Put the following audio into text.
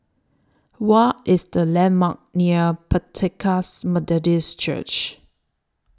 What IS The landmarks near Pentecost Methodist Church